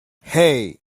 hey